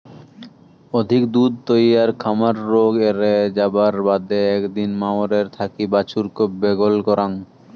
অধিক দুধ তৈয়ার খামার রোগ এ্যারে যাবার বাদে একদিনে মাওয়ের থাকি বাছুরক ব্যাগল করাং